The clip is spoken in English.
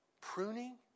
pruning